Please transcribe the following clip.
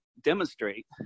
demonstrate